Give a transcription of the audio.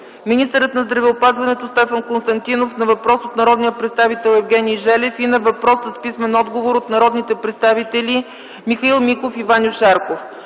министърът на здравеопазването Стефан Константинов на въпрос от народния представител Евгений Желев и на въпрос с писмен отговор от народните представители Михаил Миков и Ваньо Шарков.